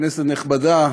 כנסת נכבדה,